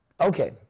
okay